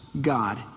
God